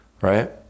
right